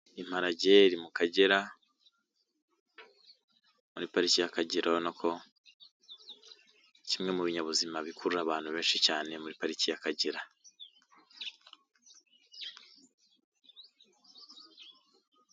Imparage iri mu kagera muri pariki y'Akagera urabona ko ni kimwe mu binyabuzima bikurura abantu benshi cyane muri pariki y'Akagera.